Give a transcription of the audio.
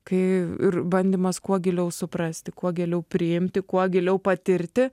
kai ir bandymas kuo giliau suprasti kuo giliau priimti kuo giliau patirti